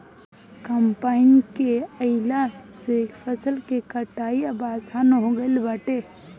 combine के आइला से फसल के कटाई अब आसान हो गईल बाटे